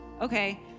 Okay